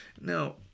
Now